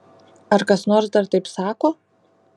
ar kas nors dar taip sako